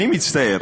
אני מצטער,